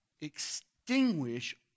extinguish